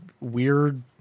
weird